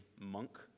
monk